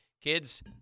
Kids